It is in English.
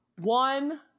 One